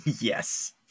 yes